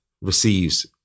receives